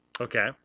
Okay